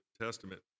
Testament